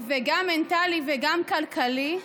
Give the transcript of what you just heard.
גם מנטלי וגם כלכלי.